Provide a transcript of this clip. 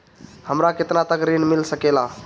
हमरा केतना तक ऋण मिल सके ला?